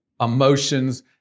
emotions